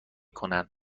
کنن